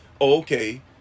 okay